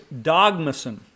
dogmason